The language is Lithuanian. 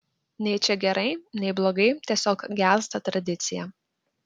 nei čia gerai nei blogai tiesiog gęsta tradicija